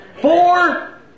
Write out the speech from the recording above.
Four